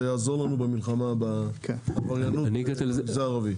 יעזור לנו במלחמה בעבריינות במגזר הערבי.